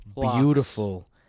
beautiful